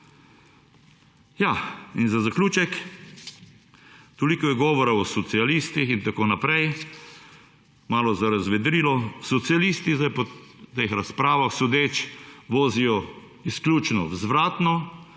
za zaključek, toliko je govora o socialistih in tako naprej. Malo za razvedrili, socialisti zdaj po teh razpravah sodeč, vozijo izključno vzvratno,